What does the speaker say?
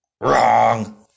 Wrong